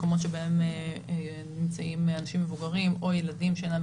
מקומות בהם נמצאים אנשים מבוגרים או ילדים שאין להם